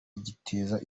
giteza